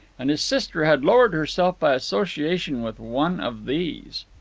and his sister had lowered herself by association with one of these.